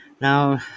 Now